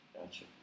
Gotcha